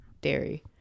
dairy